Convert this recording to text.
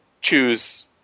choose